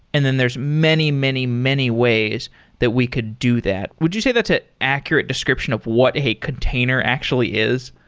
and then there's many, many, many ways that we could do that. would you say that's an accurate description of what a container actually is?